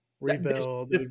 rebuild